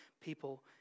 people